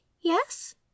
yes